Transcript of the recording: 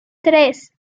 tres